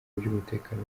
by’umutekano